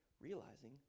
realizing